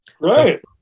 Right